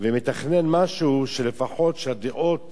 ומתכנן משהו, שלפחות שהדעות